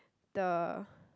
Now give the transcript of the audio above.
the